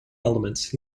elements